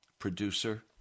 producer